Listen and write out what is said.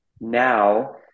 Now